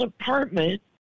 apartment